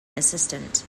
assistant